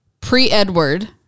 pre-Edward